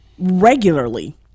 regularly